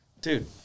Dude